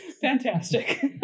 fantastic